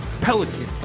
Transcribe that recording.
Pelican